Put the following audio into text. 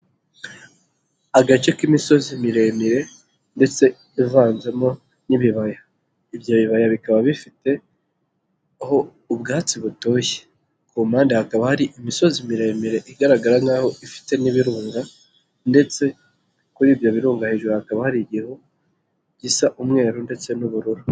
Agace k'imisozi miremire ndetse ivanzemo n'ibibaya ibyo bibaya bikaba bifite aho ubwatsi butoshye, ku mpande hakaba hari imisozi miremire igaragara nk'aho ifite n'ibirunga ndetse kuri ibyo birugarije hakaba hari igihu gisa umweru ndetse n'ubururu.